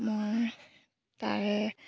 মই তাৰে